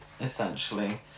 essentially